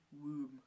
Womb